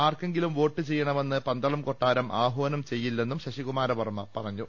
ആർക്കെങ്കിലും വോട്ട് ചെയ്യണമെന്ന് പന്തളം കൊട്ടാരം ആഹ്വാനം ചെയ്യില്ലെന്നും ശശികുമാരുവർമ പറഞ്ഞു